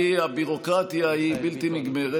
לצערי התהליכים, הביורוקרטיה היא בלתי נגמרת.